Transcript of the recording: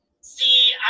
see